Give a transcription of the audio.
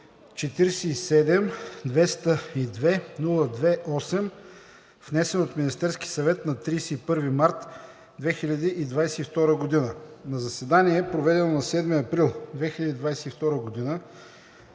47-202-02-8, внесен от Министерския съвет на 31 март 2022 г. На заседание, проведено на 7 април 2022 г.,